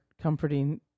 comforting